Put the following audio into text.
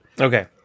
Okay